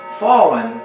fallen